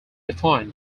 defined